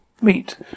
meet